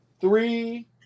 three